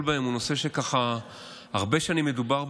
בהן הוא נושא שככה הרבה שנים מדובר.